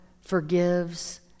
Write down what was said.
forgives